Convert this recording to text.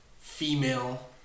female